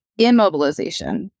immobilization